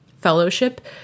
fellowship